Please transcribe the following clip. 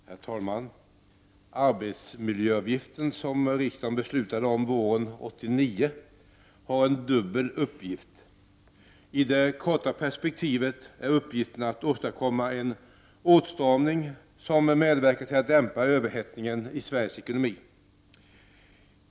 Herr talman! Arbetsmiljöavgiften, som riksdagen beslutade om våren 1989, har en dubbel uppgift. I det korta perspektivet är uppgiften att åstadkomma en åtstramning som medverkar till att dämpa överhettningen i Sveriges ekonomi.